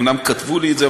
אומנם כתבו לי את זה,